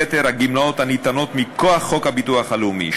יתר הגמלאות הניתנות מכוח חוק הביטוח הלאומי,